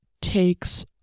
takes